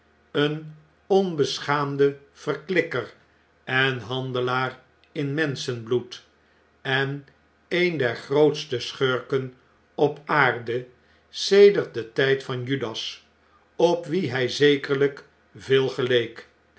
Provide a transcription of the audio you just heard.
een onbeschaamde verklikker en handelaar in menschenbloed en een der grootste schurken op aarde sedert den tjjd van judas op wien hj zekerljjk veel geleek